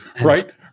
right